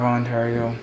Ontario